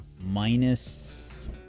Minus